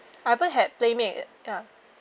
haven't had PlayMade ya